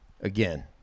again